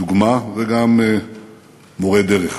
דוגמה, וגם מורה דרך.